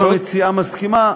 אם המציעה מסכימה,